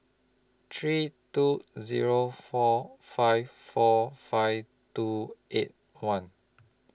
three two Zero four five four five two eight one